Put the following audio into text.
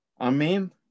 Amen